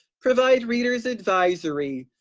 provide readers advisory,